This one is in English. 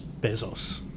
Bezos